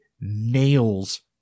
nails